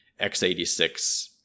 x86